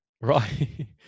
right